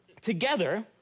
together